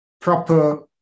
proper